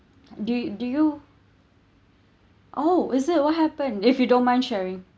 do do you [oh]is it what happened if you don't mind sharing